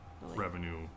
revenue